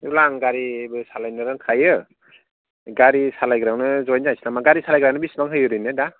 बिदिब्ला आं गारिबो सालायनो रोंखायो गारि सालायग्रायावनो जयेन जाहैसै नामा गारि सालायग्रानो बिसिबां होयो ओरैनो दा